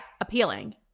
appealing